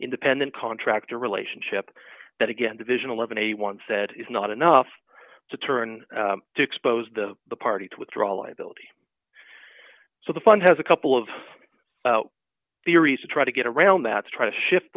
independent contractor relationship that again division eleven a one said is not enough to turn to expose the party to withdraw liability so the fund has a couple of theories to try to get around that to try to shift